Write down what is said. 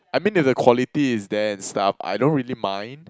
I mean if the quality is there and stuff I don't really mind